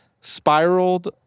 spiraled